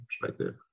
perspective